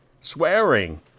swearing